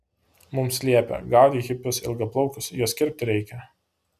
mums liepia gaudyk hipius ilgaplaukius juos kirpti reikia